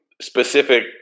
Specific